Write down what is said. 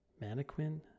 mannequin